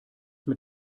mit